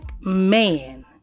man